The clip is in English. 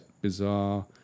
bizarre